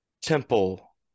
temple